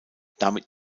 damit